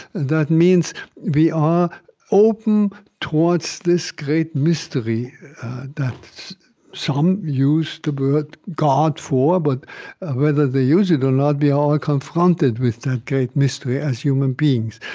that means we are open towards this great mystery that some use the word god for, but whether they use it or not, we all are confronted with that great mystery as human beings.